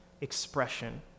expression